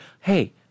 Hey